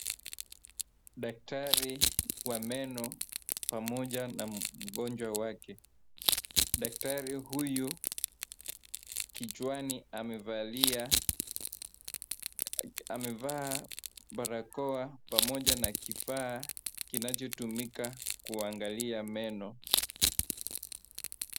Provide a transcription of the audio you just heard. Daktari wa meno pamoja na mgonjwa wake .Daktari huyo kichwani amevalia , amevaa barakoa pamoja na kifaa kinachotumika kuangalia meno .